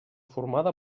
formada